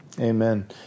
Amen